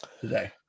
today